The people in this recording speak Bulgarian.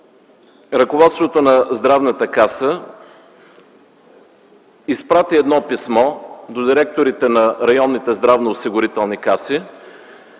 ръководството на Здравната каса изпрати едно писмо до директорите на районните здравноосигурителни каси